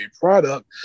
product